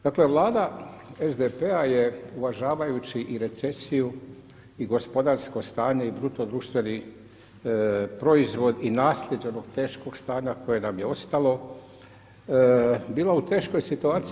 Dakle, Vlada SDP-a je uvažavajući i recesiju i gospodarsko stanje i bruto društveni proizvod i naslijeđenog teškog stanja koje nam je ostalo, bila u teškoj situaciji.